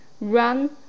Run